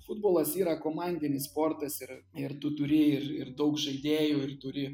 futbolas yra komandinis sportas ir ir tu turi ir ir daug žaidėjų ir turi